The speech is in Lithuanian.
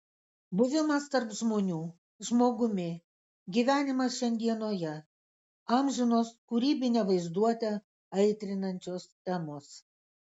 buvimas tarp žmonių žmogumi gyvenimas šiandienoje amžinos kūrybinę vaizduotę aitrinančios temos